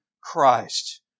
Christ